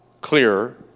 clearer